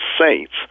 saints